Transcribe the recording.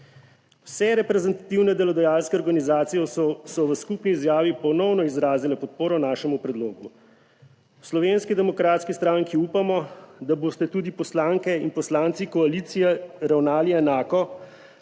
Vse reprezentativne delodajalske organizacije so v skupni izjavi ponovno izrazile podporo našemu predlogu. V Slovenski demokratski stranki upamo, da boste tudi poslanke in poslanci koalicije ravnali enako,